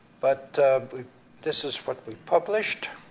but this is what we published,